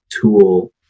tool